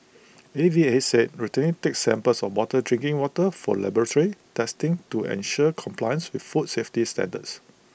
A V A said routinely takes samples of bottled drinking water for laboratory testing to ensure compliance with food safety standards